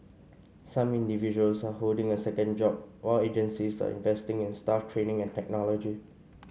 some individuals are holding a second job while agencies are investing in staff training and technology